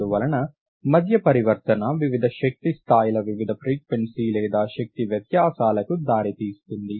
అందువలన మధ్య పరివర్తన వివిధ శక్తి స్థాయిలు వివిధ ఫ్రీక్వెన్సీ లేదా శక్తి వ్యత్యాసాలకు దారి తీస్తుంది